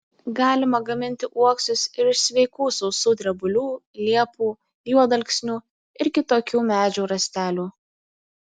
galima gaminti uoksus ir iš sveikų sausų drebulių liepų juodalksnių ir kitokių medžių rąstelių